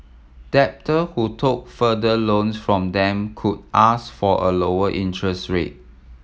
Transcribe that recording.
debtor who took further loans from them could ask for a lower interest rate